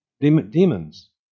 demons